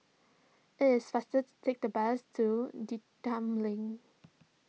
it is faster to take the bus to Link